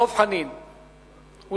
חבר הכנסת דב חנין, בבקשה.